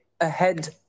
ahead